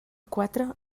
quatre